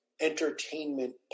entertainment